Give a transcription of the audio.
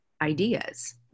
ideas